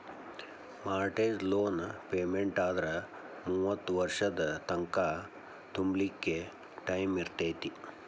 mortgage loan ಪೆಮೆನ್ಟಾದ್ರ ಮೂವತ್ತ್ ವರ್ಷದ್ ತಂಕಾ ತುಂಬ್ಲಿಕ್ಕೆ ಟೈಮಿರ್ತೇತಿ